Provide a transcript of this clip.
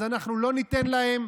אז אנחנו לא ניתן להם.